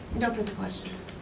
no further questions.